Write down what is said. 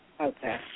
Okay